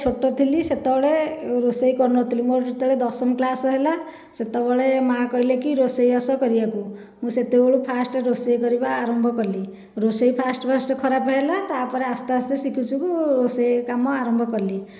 ଛୋଟ ଥିଲି ସେତେବେଳେ ରୋଷେଇ କରୁନଥିଲି ମୋର ଯେତେବେଳେ ଦଶମ କ୍ଲାସ୍ ହେଲା ସେତେବେଳେ ମା' କହିଲେ କି ରୋଷେଇବାସ କରିବାକୁ ମୁଁ ସେତେବେଳକୁ ଫାଷ୍ଟ ରୋଷେଇ କରିବା ଆରମ୍ଭ କଲି ରୋଷେଇ ଫାଷ୍ଟ ଫାଷ୍ଟ ଖରାପ ହେଲା ତା'ପରେ ଆସ୍ତେ ଆସ୍ତେ ଶିଖୁ ଶିଖୁ ସେହି କାମ ଆରମ୍ଭ କଲି